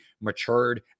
matured